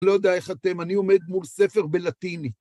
לא יודע איך אתם, אני עומד מול ספר בלטינית